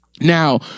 Now